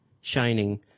shining